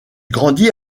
grandit